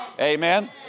Amen